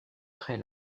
très